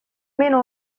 meno